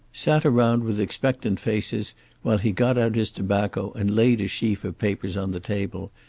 sat around with expectant faces while he got out his tobacco and laid a sheaf of papers on the table,